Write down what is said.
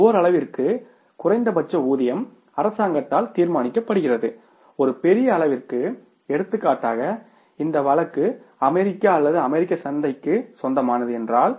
ஓரளவிற்கு குறைந்தபட்ச ஊதியம் அரசாங்கத்தால் தீர்மானிக்கப்படுகிறது ஒரு பெரிய அளவிற்கு எடுத்துக்காட்டாக இந்த வழக்கு அமெரிக்க அல்லது அமெரிக்க சந்தைக்கு சொந்தமானது என்றால்